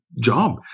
job